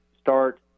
start